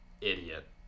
idiot